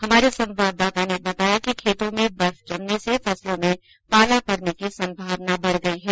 हमारे संवाददाता ने बताया कि खेतों में बर्फ जमने से फसलो में पाला पडने की संभावना बढ़ गई है